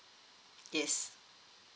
yes